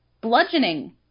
Bludgeoning